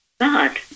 God